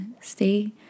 stay